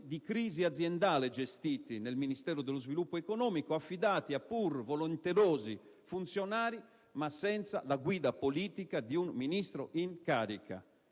di crisi aziendale gestiti nel Ministero dello sviluppo economico affidati a pur volenterosi funzionari, ma senza la guida politica di un Ministro in carica.